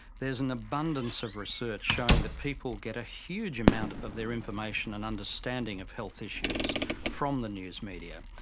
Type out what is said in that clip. there is an abundance of research demonstrating that people get a huge amount of their information and understanding of health issues from the news media.